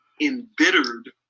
embittered